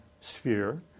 sphere